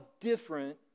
different